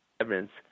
Evidence